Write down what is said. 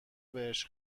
بهش